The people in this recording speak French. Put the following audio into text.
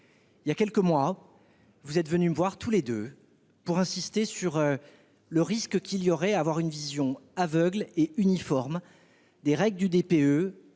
Il y a quelques mois, vous êtes venus me voir tous les deux pour insister sur le risque qu'il y aurait d'avoir une vision aveugle et uniforme des règles du DPE